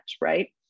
right